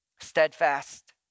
steadfast